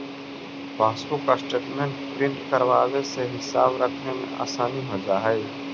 passbook statement print करवावे से हिसाब रखने में आसानी हो जा हई